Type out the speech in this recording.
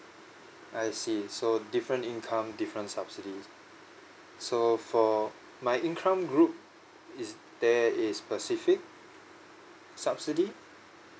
I see so different income different subsidy so for my income group is there a specific subsidy